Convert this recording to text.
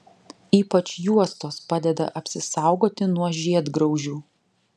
ypač juostos padeda apsisaugoti nuo žiedgraužių